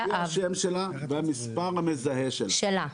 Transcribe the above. והמספר המזהה שלה.